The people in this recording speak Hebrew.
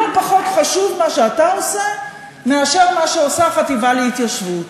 לא פחות חשוב מה שאתה עושה מאשר מה שעושה החטיבה להתיישבות.